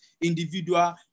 individual